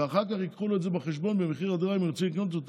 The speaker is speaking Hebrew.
ואחר כך יביאו לו את זה בחשבון במחיר הדירה אם ירצה לקנות אותה,